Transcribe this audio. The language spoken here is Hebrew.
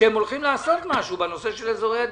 שהם הולכים לעשות משהו בנושא של אזורי עדיפות.